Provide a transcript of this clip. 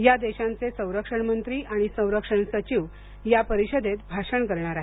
या देशांचे संरक्षण मंत्री आणि संरक्षण सचिव या परिषदेत भाषण करणार आहेत